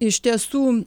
iš tiesų